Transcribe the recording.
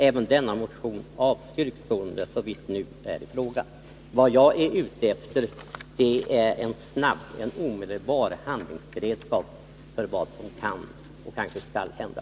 Även denna motion avstyrks sålunda såvitt nu är i fråga.” Vad jag är ute efter är en snabb, omedelbar handlingsberedskap inför vad som kan och kanske skall hända.